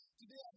Today